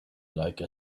like